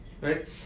Right